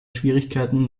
schwierigkeiten